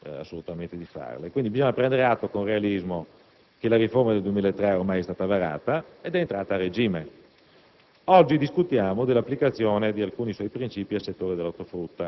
Le pantomime alla Mario Merola al Consiglio europeo non vale assolutamente la pena di farle. Bisogna prendere atto con realismo che la riforma del 2003 è ormai stata varata ed è entrata a regime.